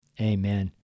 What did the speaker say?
Amen